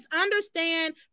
understand